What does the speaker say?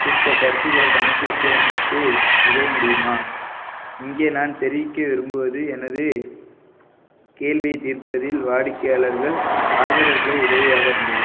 குறித்த கருத்துகளைச் சமர்ப்பிக்க எனக்கு உதவ முடியுமா இங்கே நான் தெரிவிக்க விரும்புவது எனது கேள்வியைத் தீர்ப்பதில் வாடிக்கையாளர்கள் ஆதரவுக் குழு உதவியாக இருந்தது